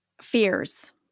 fears